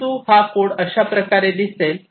परंतु हा कोड अशा प्रकारे दिसेल